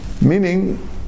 Meaning